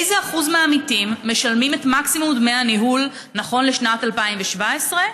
1. איזה אחוז מהעמיתים משלמים את מקסימום דמי הניהול נכון לשנת 2017?